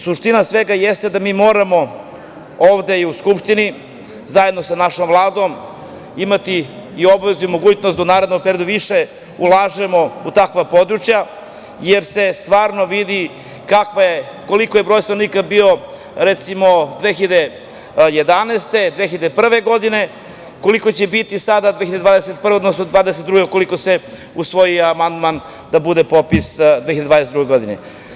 Suština svega jeste da mi moramo ovde i u Skupštini zajedno sa našom Vladom imati i obavezu i mogućnost da u narednom periodu više ulažemo u takva područja, jer se stvarno vidi koliki je broj stanovnika bio, recimo 2011. 2001. godine, koliko će biti sada, odnosno 2022. ukoliko se usvoji amandman da bude popis 2022. godine.